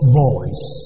voice